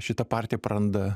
šita partija praranda